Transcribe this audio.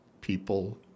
people